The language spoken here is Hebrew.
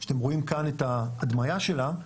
שאתם רואים כאן את ההדמייה שלה,